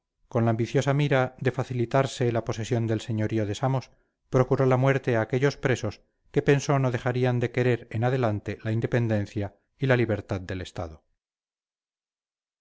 con la ambiciosa mira de facilitarse la posesión del señorío de samos procuró la muerte a aquellos presos que pensó no dejarían de querer en adelante la independencia y libertad del estado